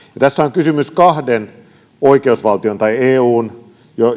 tässä on kysymys kahden oikeusvaltion tai eun